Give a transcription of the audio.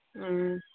ꯎꯝ